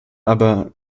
aber